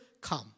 come